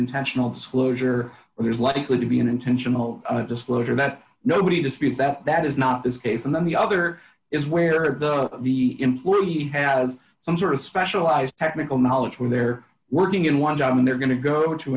intentional disclosure or there's likely to be an intentional disclosure that nobody disputes that that is not this case and then the other is where the employee has some sort of specialized technical knowledge where they're working in one job and they're going to go